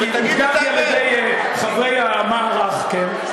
כי, על-ידי חברי המערך, כן?